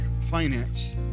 finance